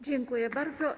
Dziękuję bardzo.